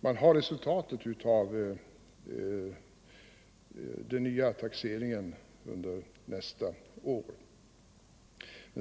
man har resultatet av den nya taxeringen nästa år, kommer att utföra den.